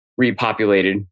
repopulated